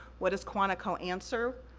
what does quantico answer?